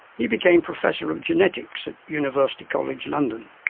he became professor of genetics at university college london.